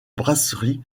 brasserie